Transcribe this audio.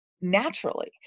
naturally